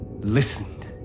listened